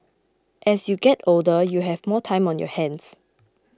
as you get older you have more time on your hands